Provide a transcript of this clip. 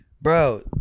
Bro